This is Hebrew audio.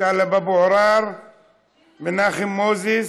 טלב אבו עראר, מנחם מוזס,